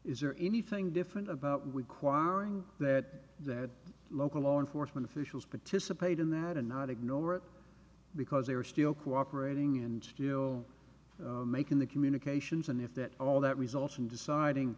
is there anything different about we quarreling that that local law enforcement officials participate in that and not ignore it because they are still cooperating and still making the communications and if that all that results in deciding